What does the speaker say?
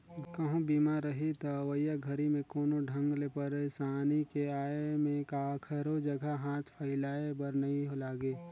कहूँ बीमा रही त अवइया घरी मे कोनो ढंग ले परसानी के आये में काखरो जघा हाथ फइलाये बर नइ लागे